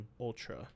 Ultra